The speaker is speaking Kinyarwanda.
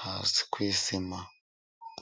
hasi ku isima.